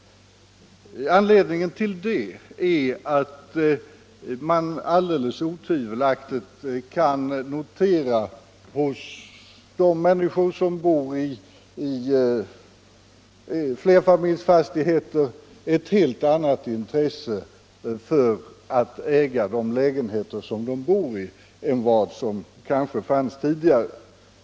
Anledningen härtill är att vi hos de människor som bor i flerfamiljsfastigheter alldeles otvivelaktigt kan notera ett helt annat intresse för att äga de lägenheter som de bor i än vad som fanns tidigare.